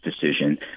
decision